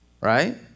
Right